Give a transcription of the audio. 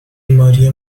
بیماری